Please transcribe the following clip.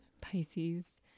Pisces